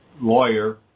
lawyer